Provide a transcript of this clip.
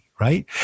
Right